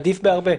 זה עדיף בהרבה.